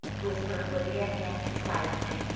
whispered lydia ann excitedly,